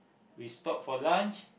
we stopped for lunch